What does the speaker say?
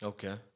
Okay